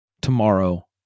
tomorrow